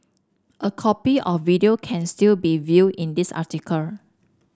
a copy of video can still be viewed in this article